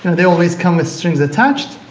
they always come with strings attached.